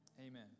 amen